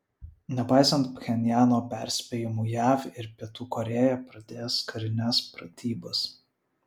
nepaisant pchenjano perspėjimų jav ir pietų korėja pradės karines pratybas